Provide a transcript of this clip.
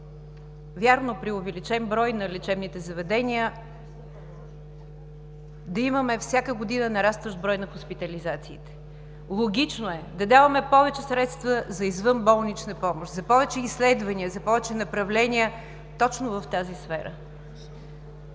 вярно, при увеличен брой на лечебните заведения, да имаме всяка година нарастващ брой на хоспитализациите. Логично е да даваме повече средства за извънболнична помощ – за повече изследвания, за повече направления точно в тази сфера.